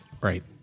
Right